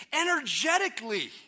energetically